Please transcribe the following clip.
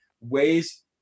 ways